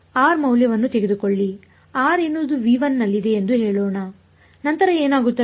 ಆದ್ದರಿಂದ r ಮೌಲ್ಯವನ್ನು ತೆಗೆದುಕೊಳ್ಳಿ r ಎನ್ನುವುದು ನಲ್ಲಿದೆ ಎಂದು ಹೇಳೋಣ ನಂತರ ಏನಾಗುತ್ತದೆ